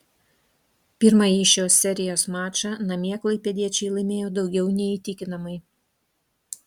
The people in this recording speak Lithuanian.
pirmąjį šios serijos mačą namie klaipėdiečiai laimėjo daugiau nei įtikinamai